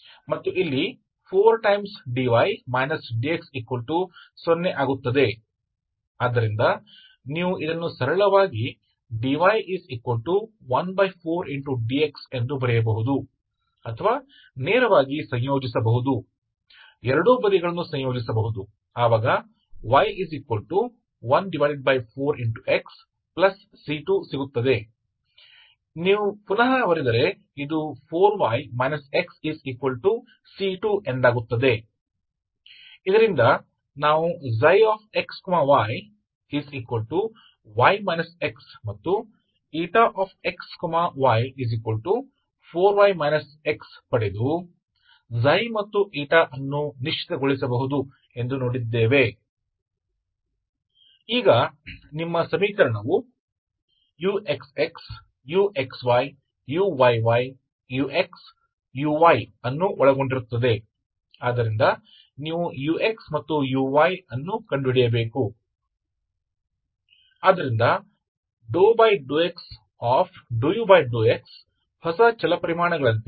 तो अगर आप इसे देखते हैं dydxBB2 4AC2A 552 441241 और इस मामले में दूसरा ODE बन जाता है dydxBB2 4AC2A 5 52 4412414 इसलिए ये दो ODE's हैं जिन्हें dydx1 आप को हल करना है जो आपको y x C1 देगा और यहां क्या होता है 4dy dx0ताकि आप सीधे इंटीग्रेट कर सकते हैं और लिखने के लिए या बस dy 14dxआप दोनों पक्षों को इंटीग्रेट करके y14xC2प्राप्त करने के लिए इसलिए यदि आप फिर से लिखते हैं यह 4y x C2 जैसा है